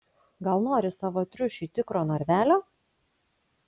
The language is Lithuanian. gal nori savo triušiui tikro narvelio